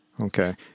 okay